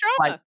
trauma